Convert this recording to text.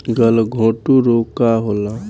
गलघोटू रोग का होला?